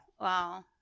wow